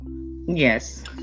Yes